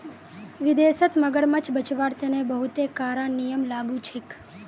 विदेशत मगरमच्छ बचव्वार तने बहुते कारा नियम लागू छेक